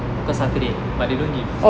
because saturday but they don't give